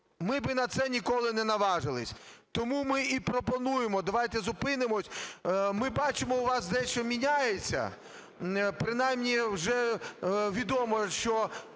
ми би на це ніколи не наважилися. Тому ми і пропонуємо, давайте зупинимося. Ми бачимо, у вас дещо міняється. Принаймні, вже відомо, що